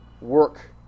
work